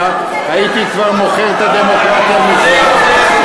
הייתי כבר מוכר את הדמוקרטיה מזמן.